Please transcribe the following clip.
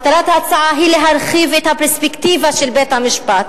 מטרת ההצעה היא להרחיב את הפרספקטיבה של בית-המשפט,